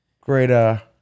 Great